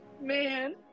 Man